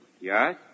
Yes